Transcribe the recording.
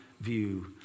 view